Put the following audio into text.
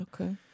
Okay